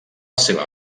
seva